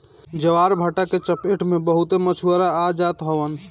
ज्वारभाटा के चपेट में बहुते मछुआरा आ जात हवन